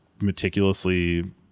meticulously